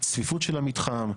צפיפות של המתחם,